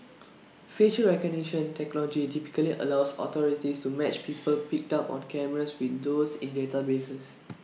facial recognition technology typically allows authorities to match people picked up on cameras with those in databases